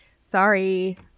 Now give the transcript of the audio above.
Sorry